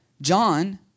John